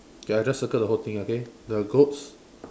ya I just circle the whole thing okay the goats